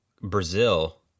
Brazil